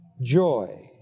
joy